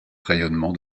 rayonnement